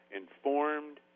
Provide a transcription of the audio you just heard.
informed